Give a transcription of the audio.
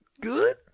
good